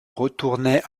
retournaient